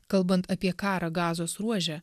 kalbant apie karą gazos ruože